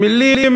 מילים